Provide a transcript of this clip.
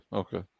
okay